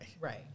Right